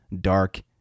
Dark